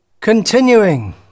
Continuing